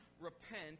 Repent